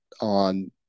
on